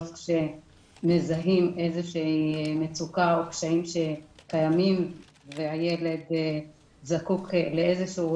כשמזהים איזושהי מצוקה או קשיים שקיימים והילד זקוק לאיזשהו